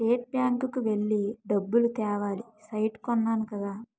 state bank కి వెళ్లి డబ్బులు తేవాలి సైట్ కొన్నాను కదా